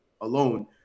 alone